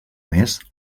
més